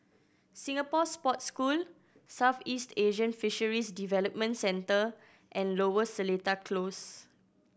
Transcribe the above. Singapore Sports School Southeast Asian Fisheries Development Center and Lower Seletar Close